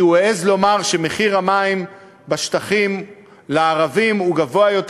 כי הוא העז לומר שמחיר המים בשטחים לערבים גבוה יותר